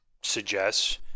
suggests